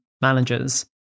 managers